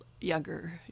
younger